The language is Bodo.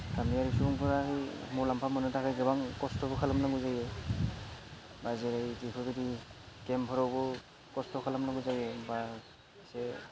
गामियरि सुबुंफोरा मुलाम्फा मोननो थाखाय गोबां कस्त'बो खालामनांगौ जायो दा जेरै बेफोरबायदि गेमफोरावबो कस्त' खालामनांगौ जायो बा एसे